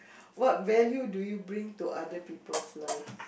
what value do you bring to other people's life